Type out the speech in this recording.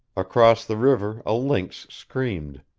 across the river a lynx screamed,